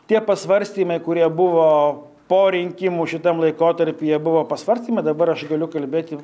tie pasvarstymai kurie buvo po rinkimų šitam laikotarpyje buvo pasvarstymai dabar aš galiu kalbėti